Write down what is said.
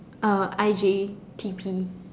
uh I_J_T_P